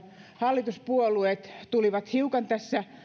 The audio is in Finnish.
hallituspuolueet tulivat hiukan tässä